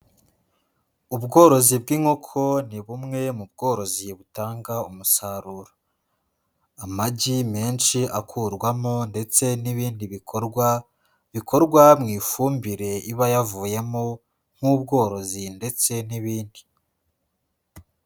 Ubworozi bw'inkoko ni bumwe mu bworozi butanga umusaruro, amagi menshi akurwamo ndetse n'ibindi bikorwa, bikorwa mu ifumbire iba yavuyemo nk'ubworozi ndetse n'ibindi.